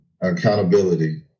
accountability